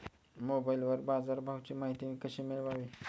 मोबाइलवर बाजारभावाची माहिती कशी मिळवावी?